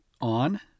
on